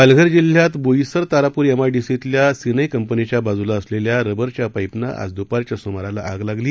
पालघर जिल्ह्यातल्या बोईसर तारापूर एमआयडीसीतल्या सिनय कंपनीघ्या बाजूला असलेल्या रबरच्या पाईपना आज दुपारच्या सूमाराला आग लागली